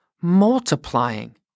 multiplying